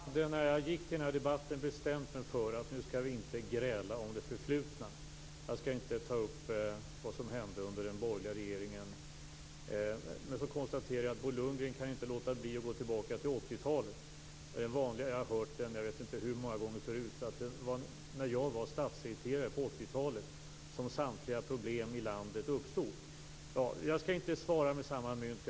Fru talman! När jag gick till den här debatten bestämde jag mig för att vi inte skulle gräla om det förflutna. Jag skall inte ta upp vad som hände under den borgerliga regeringen. Men så konstaterar jag att Bo Lundgren inte kan låta bli att gå tillbaka till 80 talet. Jag vet inte hur många gånger jag har hört detta förut. Det var när jag var statssekreterare på 80-talet som samtliga problem i landet uppstod. Jag skall inte svara med samma mynt.